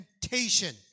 temptation